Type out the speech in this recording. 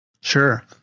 Sure